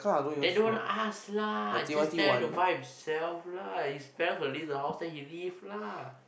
then don't want ask lah just tell them to buy themselves lah his parents to leave the house then he leave lah